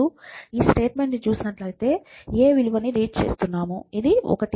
మీరు ఈ స్టేట్మెంట్ను చూస్తే a విలువను రీడ్ చేస్తున్నాము ఇది 1